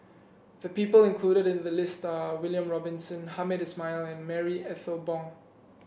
the people included in the list are William Robinson Hamed Ismail and Marie Ethel Bong